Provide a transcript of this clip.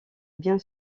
bien